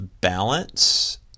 balance